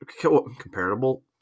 comparable